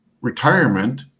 retirement